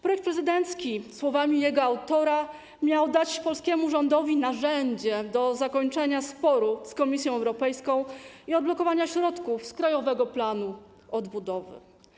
Projekt prezydencki, mówiąc słowami jego autora, miał dać polskiemu rządowi narzędzie do zakończenia sporu z Komisją Europejską i odblokowania środków z Krajowego Planu Odbudowy.